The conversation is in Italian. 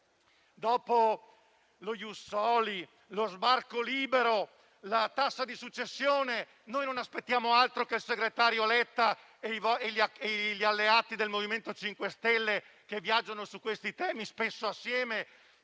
dopo lo *ius soli*, lo sbarco libero, la tassa di successione, non aspettiamo altro che il segretario Letta e gli alleati del MoVimento 5 Stelle, che su questi temi viaggiano spesso assieme,